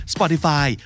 Spotify